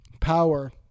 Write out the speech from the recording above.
Power